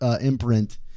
Imprint